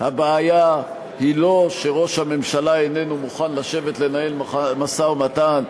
הבעיה היא לא שראש הממשלה איננו מוכן לשבת לנהל משא-ומתן,